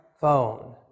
phone